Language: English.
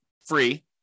free